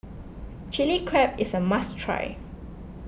Chili Crab is a must try